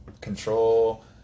Control